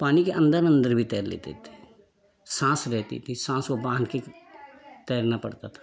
पानी के अंदर अंदर भी तैर लेते थे साँस लेती थी सास वो बांधके तैरना पड़ता था